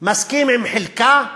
מסכים עם חלקה,